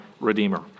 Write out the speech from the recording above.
redeemer